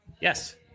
Yes